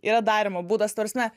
yra darymo būdas ta prasme